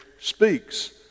speaks